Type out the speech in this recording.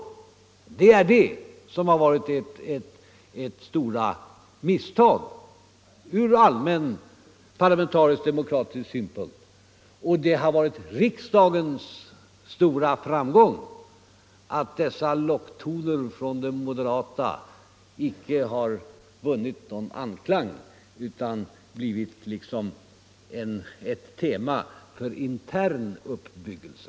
Det är detta som har varit moderaternas stora misstag ur allmän par — Sänkning av den lamentarisk och demokratisk synpunkt. Det har varit riksdagens stora — allmänna pensionsframgång att dessa locktoner från moderaterna icke har vunnit anklang åldern, m.m. utan blivit liksom ett tema för deras interna uppbyggelse.